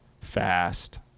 fast